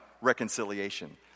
reconciliation